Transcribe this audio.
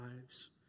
lives